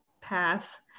path